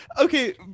okay